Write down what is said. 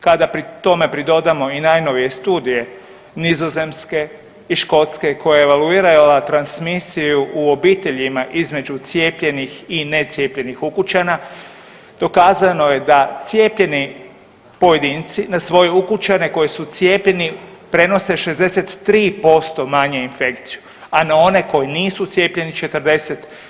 Kada tome pridodamo i najnovije studije Nizozemske i Škotske koja evaluirala transmisiju u obiteljima između cijepljenih i ne cijepljenih ukućana dokazano je da cijepljeni na svoje ukućane koji su cijepljeni prenose 63% manje infekciju, a na one koji nisu cijepljeni 40%